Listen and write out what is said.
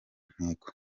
ntego